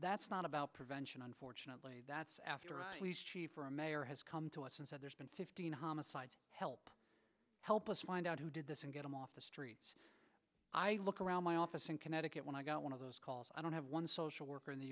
that's not about prevention unfortunately that's after a chief or a mayor has come to us and said there's been fifteen homicides help help us find out who did this and get them off the streets i look around my office in connecticut when i got one of those calls i don't have one social worker in the